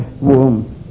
womb